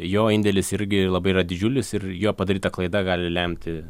jo indėlis irgi labai yra didžiulis ir jo padaryta klaida gali lemti